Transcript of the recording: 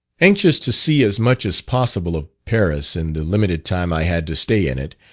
anxious to see as much as possible of paris in the limited time i had to stay in it,